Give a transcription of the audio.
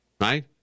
right